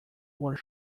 were